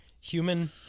human